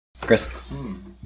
Chris